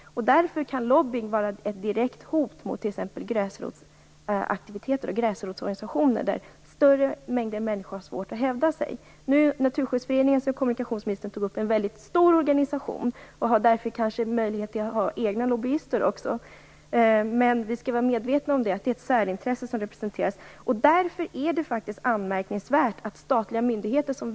Därför kan lobbying vara ett direkt hot mot t.ex. gräsrotsaktiviteter och gräsrotsorganisationer, och större mängder människor får svårt att hävda sig. Naturskyddsföreningen, som kommunikationsministern tog upp, är en väldigt stor organisation som kanske har möjlighet till egna lobbyister. Men vi skall vara medvetna om att det är ett särintresse som representeras. Därför är det faktiskt anmärkningsvärt att statliga myndigheter, t.ex.